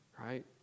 right